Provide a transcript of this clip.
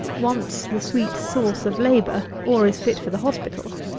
wants the sweet sauce of labour, or is fit for the hospital.